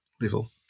level